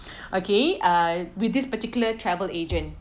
okay I with this particular travel agent